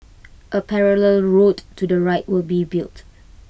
A parallel road to the right will be built